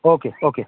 okay okay